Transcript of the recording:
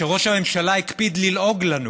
ראש הממשלה הקפיד ללעוג לנו